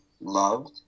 loved